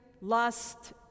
lust